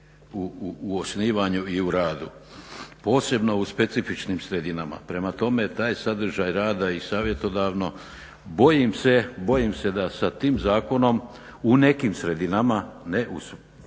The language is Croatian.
u osnivanju i u radu, posebno u specifičnim sredinama. Prema tome sadržaj rada i savjetodavno bojim se da sa tim zakonom u nekim sredinama ne u